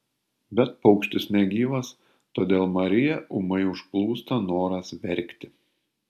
bet paukštis negyvas todėl mariją ūmai užplūsta noras verkti